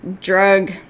drug